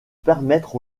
permettre